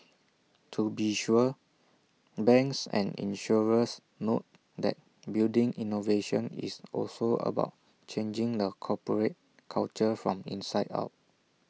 to be sure banks and insurers note that building innovation is also about changing the corporate culture from inside out